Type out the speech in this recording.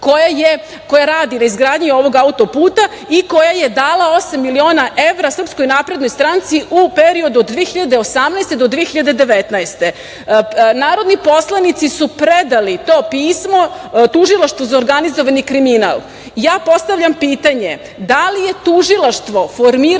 koja radi na izgradnji ovog auto-puta i koja je dala osam miliona evra Srpskoj naprednoj stranci u periodu od 2018. godine do 2019. godine. Narodni poslanici su predali to pismo Tužilaštvu za organizovani kriminal. Postavljam pitanje da li je Tužilaštvo formiralo